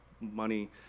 money